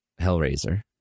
Hellraiser